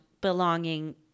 belonging